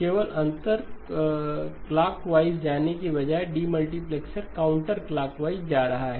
केवल अंतर क्लाकवाइज जाने के बजाय डिमल्टीप्लेक्सर काउंटर क्लाकवाइज जा रहा है